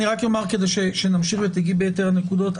אני רק אומר כדי שנמשיך ותגעי בייתר נקודות.